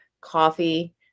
coffee